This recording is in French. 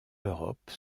l’europe